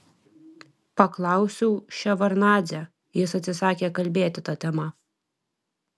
paklausiau ševardnadzę jis atsisakė kalbėti ta tema